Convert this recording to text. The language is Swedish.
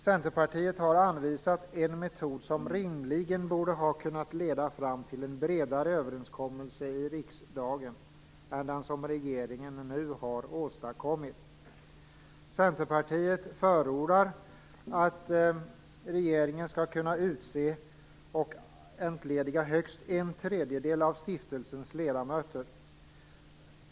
Centerpartiet har anvisat en metod som rimligen borde ha kunnat leda fram till en bredare överenskommelse i riksdagen än den som regeringen nu har åstadkommit. Centerpartiet förordar att regeringen skall kunna utse och entlediga högst en tredjedel av stiftelsens ledamöter.